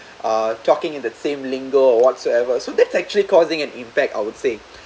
uh talking in the same lingual or whatsoever so that actually causing an impact I would say